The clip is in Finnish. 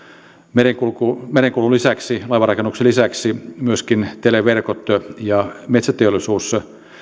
merenkulun ja laivanrakennuksen lisäksi myöskin televerkot ja metsäteollisuus